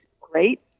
great